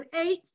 eight